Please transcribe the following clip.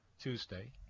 Tuesday